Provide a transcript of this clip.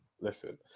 listen